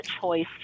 choice